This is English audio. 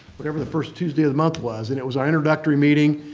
whatever the first tuesday of the month was, and it was our introductory meeting.